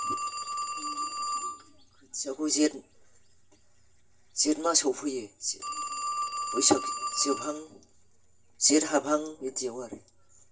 खोथियाखौ जेथ जेथ मासाव फैयो बैसाग जोबहां जेथ हाबहां बिदियाव आरो